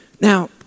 now